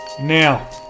Now